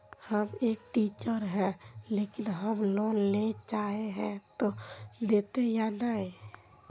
हम एक टीचर है लेकिन हम लोन लेले चाहे है ते देते या नय?